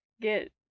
get